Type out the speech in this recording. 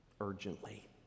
urgently